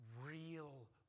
real